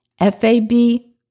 F-A-B